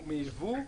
מייבוא.